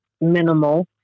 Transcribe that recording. minimal